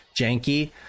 janky